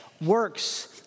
Works